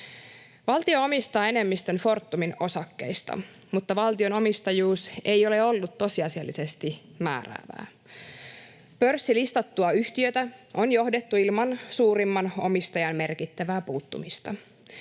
Valtio omistaa enemmistön Fortumin osakkeista, mutta valtion omistajuus ei ole ollut tosiasiallisesti määräävää. Pörssilistattua yhtiötä on johdettu ilman suurimman omistajan merkittävää puuttumista.